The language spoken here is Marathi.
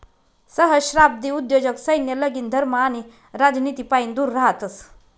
सहस्त्राब्दी उद्योजक सैन्य, लगीन, धर्म आणि राजनितीपाईन दूर रहातस